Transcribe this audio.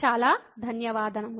చాలా ధన్యవాదాలు